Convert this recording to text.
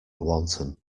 wanton